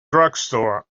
drugstore